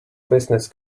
business